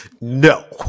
No